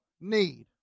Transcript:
need